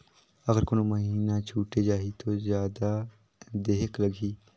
अगर कोनो महीना छुटे जाही तो जादा देहेक लगही?